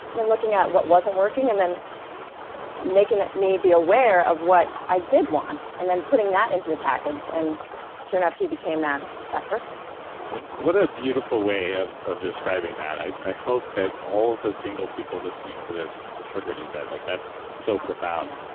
and then looking at what wasn't working, and then making me be aware of what i did want, and then putting that into the package and sure enough he became that that person what a beautiful way of of describing that. i i hope that all of the single people listening to this just heard what you said. like that's so profound.